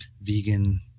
vegan